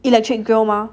electric grill mah